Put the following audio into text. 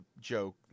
joke